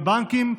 בבנקים,